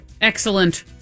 Excellent